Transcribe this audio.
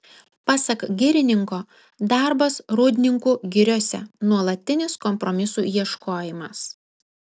pasak girininko darbas rūdninkų giriose nuolatinis kompromisų ieškojimas